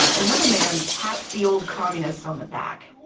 another man pats the old communist on the back.